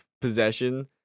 possession